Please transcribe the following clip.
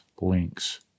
links